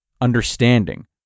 understanding